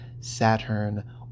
Saturn